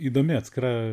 įdomi atskira